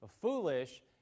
foolish